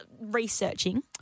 researching